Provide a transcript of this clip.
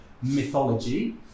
mythology